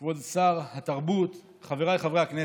כבוד שר התרבות, חבריי חברי הכנסת,